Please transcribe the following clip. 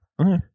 Okay